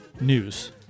news